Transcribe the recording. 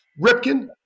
Ripken